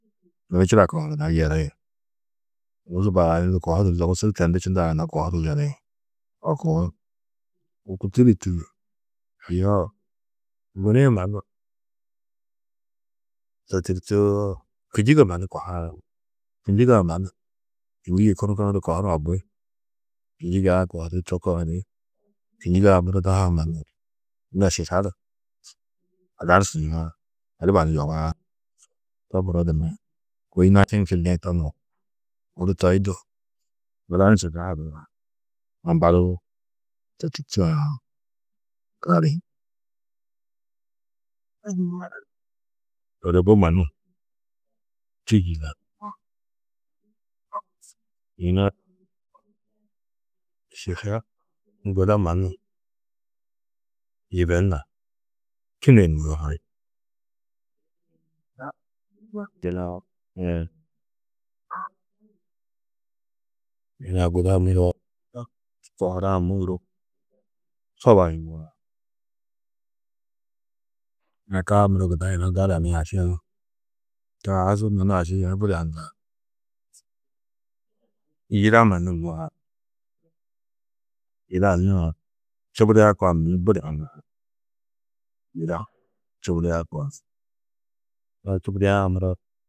Yunu čidakã gunna yeri. Ôrozi barayundu kohuru, yogusudu tendu čindã gunna kohuru yeri a koo. Wôku yoo gudi-ĩ mannu, to tûrtuo kînjige mannu kohaar, kînjige-ã mannu yôi yê kunu kunu du kohurã bui. Kînjigi a kohuri to kohuri, kînjige-ã muro daha-ã mannu na šiša du, ada adiba ni yobaar. To muro gunna kôi naši-ĩ čindĩ to muro. Toi du ambadudu, to tûrtu aã gali. to di bu mannu yina šiša guda mannu yibenar, tînne ni mûar, yina guda yina guda kohurã mundu, soba ni mûar, yina taa muro gunna yina gala ni taa su mannu aši yunu budi haŋaar. Yida mannu mûar, yida anna-ã čubudia kua budi haŋaar. Yida čubudia kua, čubudiã muro.